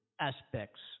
aspects